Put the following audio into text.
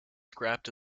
scrapped